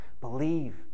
believe